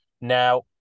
Now